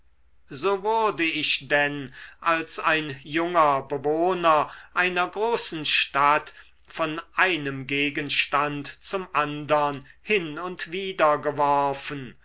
so wurde ich denn als ein junger bewohner einer großen stadt von einem gegenstand zum andern hin und wider geworfen